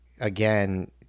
again